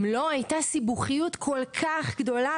אם לא הייתה סיבוכיות כל כך גדולה,